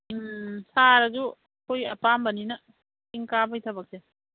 ꯎꯝ ꯁꯥꯔꯁꯨ ꯑꯩꯈꯣꯏꯒꯤ ꯑꯄꯥꯝꯕꯅꯤꯅ ꯆꯤꯡ ꯀꯥꯕꯩ ꯊꯕꯛꯁꯦ